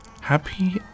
happy